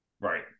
Right